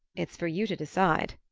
it's for you to decide.